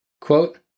Quote